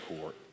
court